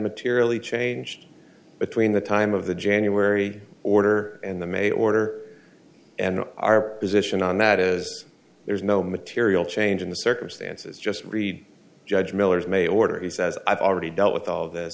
materially changed between the time of the january order and the may order and our position on that as there is no material change in the circumstances just read judge miller's may order he says i've already dealt with all of this